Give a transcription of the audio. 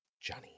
Johnny